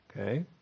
Okay